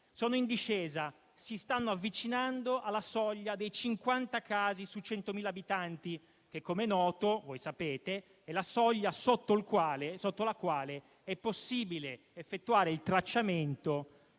è in discesa, si sta avvicinando alla soglia dei 50 casi su 100.000 abitanti che, come è noto, è la soglia sotto la quale è possibile effettuare il tracciamento